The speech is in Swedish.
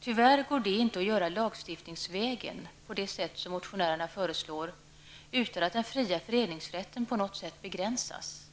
Tyvärr går det inte att göra lagstiftningsvägen på det sätt som motionärerna föreslår utan att den fria föreningsrätten på något sätt begränsas.